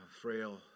frail